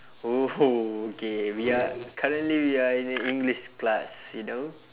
oh okay we are currently we are in a english class you know